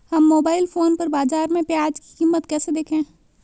हम mobile phone पर बाज़ार में प्याज़ की कीमत कैसे देखें?